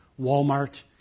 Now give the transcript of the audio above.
Walmart